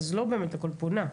אז לא באמת הכל פונה.